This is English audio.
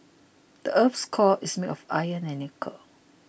the earth's core is made of iron and nickel